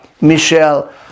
Michelle